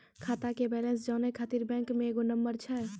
खाता के बैलेंस जानै ख़ातिर बैंक मे एगो नंबर छै?